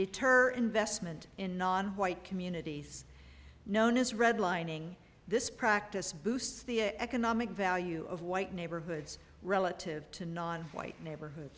deter investment in nonwhite communities known as redlining this practice boosts the economic value of white neighborhoods relative to nonwhite neighborhood